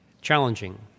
challenging